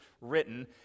written